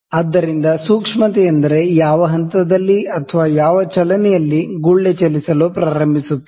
ಆದ್ದರಿಂದ ಸೂಕ್ಷ್ಮತೆಯೆಂದರೆ ಯಾವ ಹಂತದಲ್ಲಿ ಅಥವಾ ಯಾವ ಚಲನೆಯಲ್ಲಿ ಗುಳ್ಳೆ ಚಲಿಸಲು ಪ್ರಾರಂಭಿಸುತ್ತದೆ